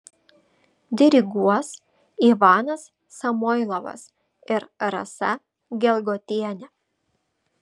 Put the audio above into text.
diriguos ivanas samoilovas ir rasa gelgotienė